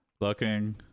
looking